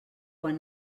quan